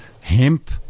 hemp